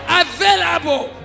available